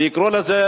ויקראו לזה